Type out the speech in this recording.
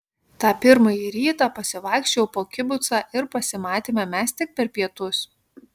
tą pirmąjį rytą pasivaikščiojau po kibucą ir pasimatėme mes tik per pietus